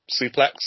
suplex